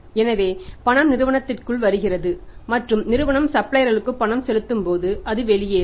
எனவே பணம் நிறுவனத்திற்குள்வருகிறது மற்றும் நிறுவனம் சப்ளையர்களுக்கு பணம் செலுத்தும் போது அது வெளியேறும்